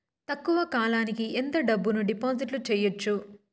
తక్కువ కాలానికి ఎంత డబ్బును డిపాజిట్లు చేయొచ్చు?